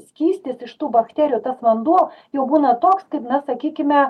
skystis iš tų bakterijų tas vanduo jau būna toks kaip na sakykime